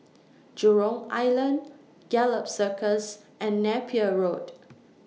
Jurong Island Gallop Circus and Napier Road